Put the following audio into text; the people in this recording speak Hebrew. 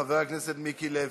חבר הכנסת מיקי לוי,